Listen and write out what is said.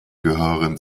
gehören